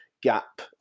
gap